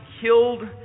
killed